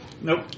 Nope